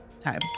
Time